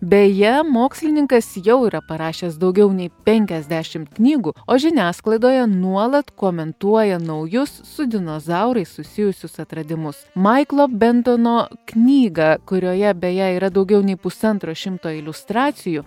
beje mokslininkas jau yra parašęs daugiau nei penkiasdešim knygų o žiniasklaidoje nuolat komentuoja naujus su dinozaurais susijusius atradimus maiklo bentono knygą kurioje beje yra daugiau nei pusantro šimto iliustracijų